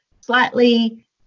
slightly